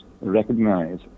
recognize